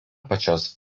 pačios